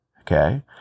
okay